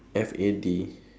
F A D